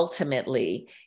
Ultimately